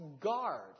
guard